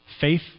Faith